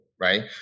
right